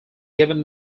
given